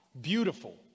beautiful